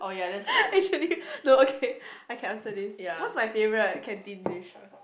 actually no okay I can answer this what's my favourite canteen dish ah